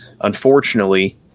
unfortunately